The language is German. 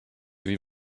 wie